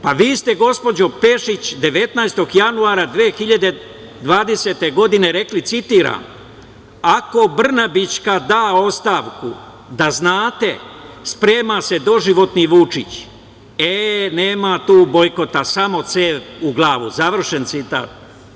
Pa, vi ste gospođo Pešić 19. januara 2020. godine rekli, citiram – ako Brnabićka da ostavku, da znate sprema se doživotni Vučić - e, nema tu bojkota, samo cev u glavu, završen citat.